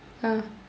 ah